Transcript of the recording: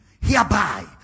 hereby